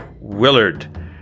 Willard